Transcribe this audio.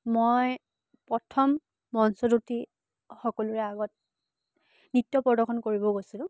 মই প্ৰথম মঞ্চত উঠি সকলোৰে আগত নৃত্য প্ৰদৰ্শন কৰিব গৈছিলোঁ